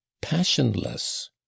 passionless